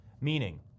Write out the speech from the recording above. Meaning